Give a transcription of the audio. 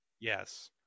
yes